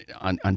on